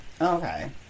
Okay